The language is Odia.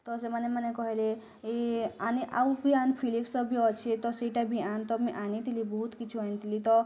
ତ ସେମାନେ ମାନେ କହିଲେ ଏଇ ଆନେ ଆଉ କି ଆନ୍ ଫିଲିରସ୍ ଅଫ୍ ଭି ଅଛେ ତ ସେଇଟା ଭି ଆନ୍ ତ ମୁଇଁ ଆନିଥିନି ବହୁତ୍ କିଛୁ ଆନିଥିଲି ତ